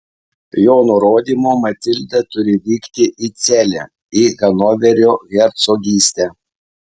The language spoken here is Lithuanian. jo nurodymu matilda turi vykti į celę į hanoverio hercogystę